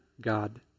God